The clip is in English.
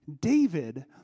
David